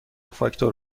فاکتور